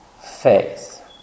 faith